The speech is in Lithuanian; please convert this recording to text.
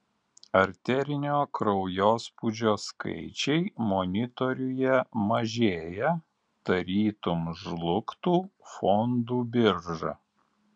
arterinio kraujospūdžio skaičiai monitoriuje mažėja tarytum žlugtų fondų birža